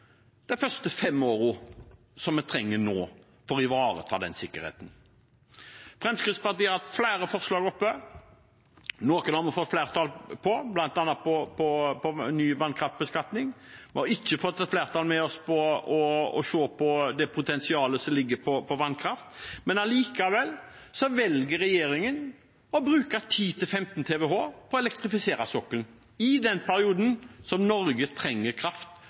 første fem årene, som vi trenger nå for å ivareta den sikkerheten. Fremskrittspartiet har hatt flere forslag oppe. Noen har vi fått flertall for, bl.a. om ny vannkraftbeskatning. Vi har ikke fått et flertall med oss for å se på det potensialet som ligger i vannkraft, men likevel velger regjeringen å bruke 10–15 TWh på å elektrifisere sokkelen i den perioden som Norge trenger kraft